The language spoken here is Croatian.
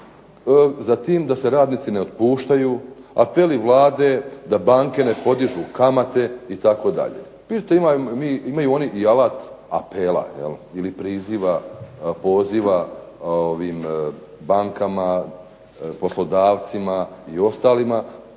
za tim da se radnici ne otpuštaju, apeli Vlade da banke ne podižu kamate itd. Vidite imaju oni i alat apela ili priziva, poziva bankama, poslodavcima i ostalima